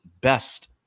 best